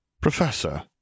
Professor